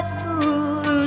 fool